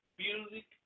music